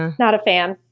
not a fan.